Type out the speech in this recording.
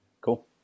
Cool